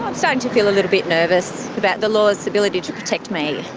i'm starting to feel a little bit nervous about the law's ability to protect me.